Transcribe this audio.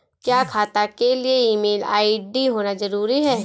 क्या खाता के लिए ईमेल आई.डी होना जरूरी है?